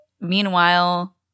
meanwhile